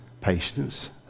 patience